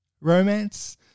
romance